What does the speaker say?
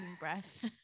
breath